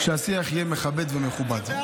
שהשיח יהיה מכבד ומכובד.